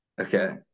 Okay